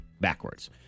backwards